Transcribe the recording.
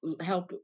help